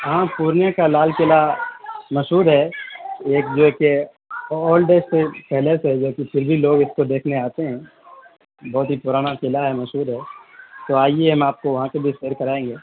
ہاں پورنیہ کا لال قلعہ مشہور ہے ایک جو ہے کہ اولڈ سا پیلیس ہے جو کہ پھر بھی لوگ اس کو دیکھنے آتے ہیں بہت ہی پرانا قلعہ ہے مشہور ہے تو آئیے ہم آپ کو وہاں کی بھی سیر کرائیں گے